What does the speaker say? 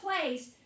place